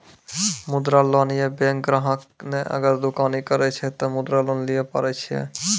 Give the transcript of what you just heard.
मुद्रा लोन ये बैंक ग्राहक ने अगर दुकानी करे छै ते मुद्रा लोन लिए पारे छेयै?